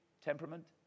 temperament